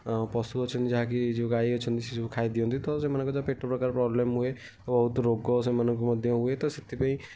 ପଶୁ ଅଛନ୍ତି ଯାହାକି ଯେଉଁ ଗାଈ ଅଛନ୍ତି ସିଏ ସବୁ ଖାଇ ଦିଅନ୍ତି ତ ସେମାନଙ୍କ ପେଟ ପ୍ରକାର ପ୍ରୋବ୍ଲେମ୍ ହୁଏ ବହୁତ ରୋଗ ସେମାନଙ୍କୁ ମଧ୍ୟ ହୁଏ ତ ସେଥିପାଇଁ